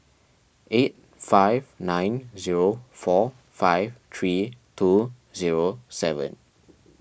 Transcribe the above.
eight five nine zero four five three two zero seven